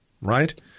right